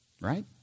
right